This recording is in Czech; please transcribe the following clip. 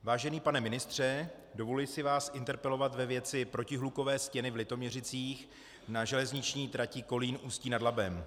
Vážený pane ministře, dovoluji si vás interpelovat ve věci protihlukové stěny v Litoměřicích na železniční trati Kolín Ústí nad Labem.